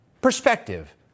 perspective